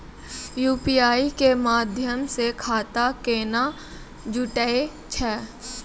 UPI के माध्यम से खाता केना जुटैय छै?